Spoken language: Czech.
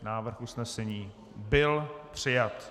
Návrh usnesení byl přijat.